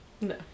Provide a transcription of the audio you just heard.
No